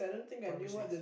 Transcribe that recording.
primary six